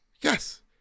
Yes